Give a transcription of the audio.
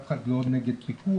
אף אחד לא נגד פיקוח.